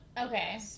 Okay